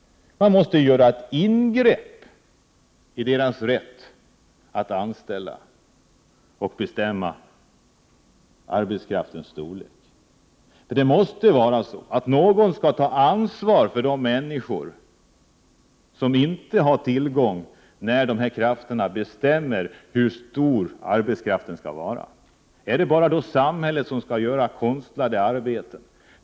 Man måste göra ingrepp i deras rätt att anställa och bestämma arbetskraftens storlek. Någon måste ta ansvar för de människor som inte har tillgång till arbete när de här krafterna bestämmer hur stor arbetskraften skall vara. Är det då bara samhället som skall inrätta konstlade arbeten?